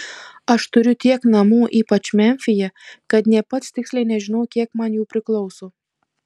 aš turiu tiek namų ypač memfyje kad nė pats tiksliai nežinau kiek jų man priklauso